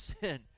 sin